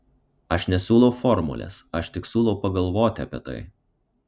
aš nesiūlau formulės aš tik siūlau pagalvoti apie tai